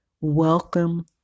welcome